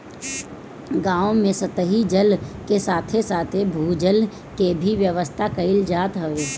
गांव में सतही जल के साथे साथे भू जल के भी व्यवस्था कईल जात हवे